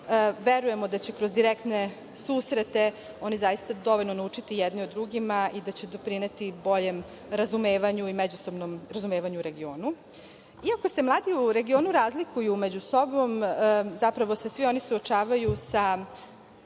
Verujemo da će kroz direktne susrete oni zaista dovoljno naučiti jedni o drugima i da će doprineti boljem razumevanju i međusobnom razumevanju u regionu. Iako se mladi u regionu razlikuju među sobom, zapravo se svi oni suočavaju sa